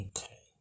Okay